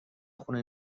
خونه